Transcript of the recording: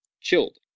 chilled